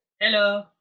Hello